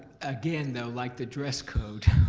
again, though, like the dress code,